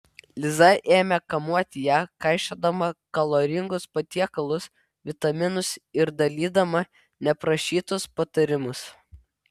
liza ėmė kamuoti ją kaišiodama kaloringus patiekalus vitaminus ir dalydama neprašytus patarimus